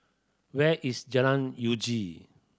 where is Jalan Uji